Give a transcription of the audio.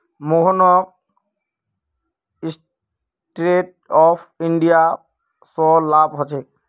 मोहनक stand up India स लाभ ह छेक